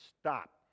stop